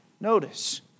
Notice